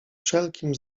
wszelkim